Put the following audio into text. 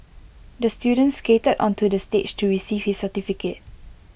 the student skated onto the stage to receive his certificate